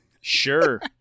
Sure